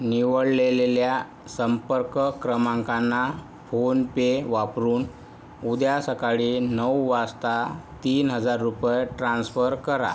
निवडलेलेल्या संपर्क क्रमांकांना फोनपे वापरून उद्या सकाळी नऊ वासता तीन हजार रुपये ट्रान्सफर करा